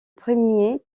premier